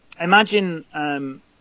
imagine